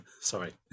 Sorry